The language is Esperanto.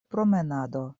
promenado